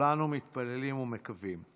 וכולנו מתפללים ומקווים.